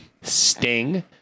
sting